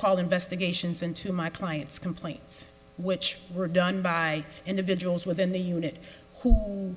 called investigations into my client's complaints which were done by individuals within the unit who